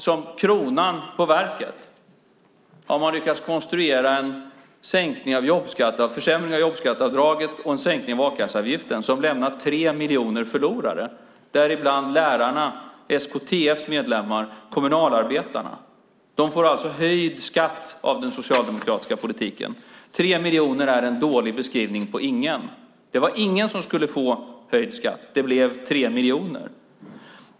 Som kronan på verket har man lyckats konstruera en försämring av jobbskatteavdraget och en sänkning av a-kasseavgiften som lämnar tre miljoner förlorare, däribland lärarna, SKTF:s medlemmar och kommunalarbetarna. De får alltså höjd skatt genom den socialdemokratiska politiken. Tre miljoner är en dålig beskrivning på ingen. Det var ingen som skulle få höjd skatt. Det blev tre miljoner.